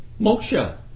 moksha